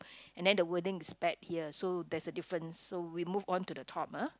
and then the wording is bet here so there's a difference so we move on to the top ah